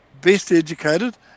best-educated